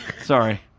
Sorry